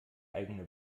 eigene